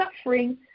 suffering